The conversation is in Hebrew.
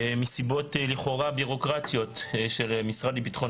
מסיבות לכאורה בירוקרטיות של משרד לביטחון